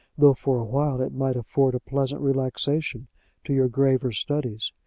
though for while it might afford a pleasant relaxation to your graver studies.